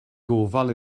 gofal